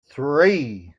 three